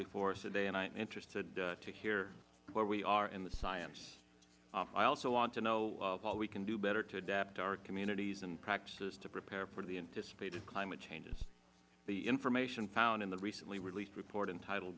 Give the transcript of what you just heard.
before us today and i am interested to hear where we are in the science i also want to know what we can do better to adapt our communities and practices to prepare for the anticipated climate changes the information found in the recently released report entitled